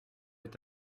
est